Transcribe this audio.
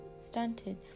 stunted